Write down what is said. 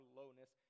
lowness